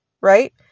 right